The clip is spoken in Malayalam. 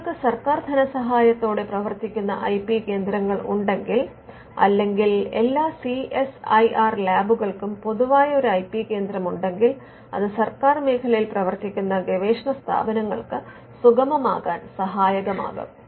നിങ്ങൾക്ക് സർക്കാർ ധനസഹായത്തോടെ പ്രവർത്തിക്കുന്ന ഐ പി കേന്ദ്രങ്ങൾ ഉണ്ടെങ്കിൽ അല്ലെങ്കിൽ എല്ലാ സി എസ് ഐ ആർ ലാബുകൾക്കും പൊതുവായ ഒരു ഐ പി കേന്ദ്രം ഉണ്ടെങ്കിൽ അത് സർക്കാർ മേഖലയിൽ പ്രവർത്തിക്കുന്ന ഗവേഷണ സ്ഥാപനങ്ങൾക്ക് സുഗമമാക്കാൻ സഹായകമാകും